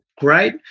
Great